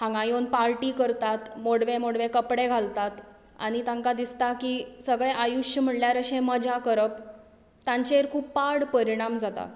हांगां येवन पार्टी करतात मोडवे मोडवे कपडे घालतात आनी तांकां दिसता की सगळें आयुश्य म्हणल्यार अशें मजा करप तांचेर खूब पाड परिणाम जाता